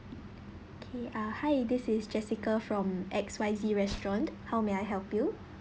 okay uh hi this is jessica from X_Y_Z restaurant how may I help you